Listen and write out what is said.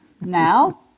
Now